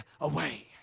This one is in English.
away